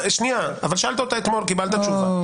שאלת אותה אתמול וקיבלת תשובה.